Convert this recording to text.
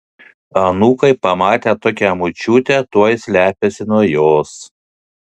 anūkai pamatę tokią močiutę tuoj slepiasi nuo jos